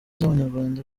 z’abanyarwanda